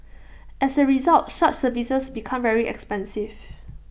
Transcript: as A result such services become very expensive